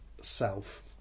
self